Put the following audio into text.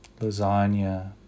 lasagna